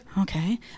Okay